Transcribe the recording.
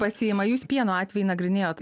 pasiima jūs pieno atvejį nagrinėjot